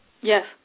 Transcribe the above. Yes